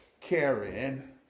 Karen